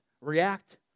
react